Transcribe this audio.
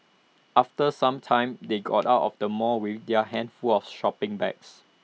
after some time they got out of the mall with their hands full of shopping bags